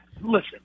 listen